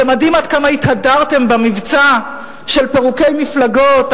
זה מדהים עד כמה התהדרתם במבצע של פירוקי מפלגות,